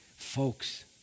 Folks